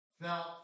Now